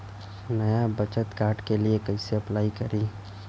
नया बचत कार्ड के लिए कइसे अपलाई करी?